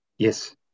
Yes